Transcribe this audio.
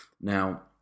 Now